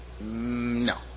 no